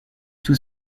tout